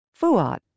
Fuat